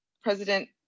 President